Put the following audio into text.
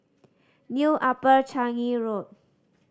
New Upper Changi Road